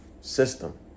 system